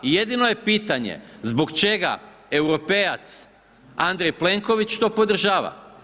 Jedino je pitanje zbog čega europejac Andrej Plenković to podržava.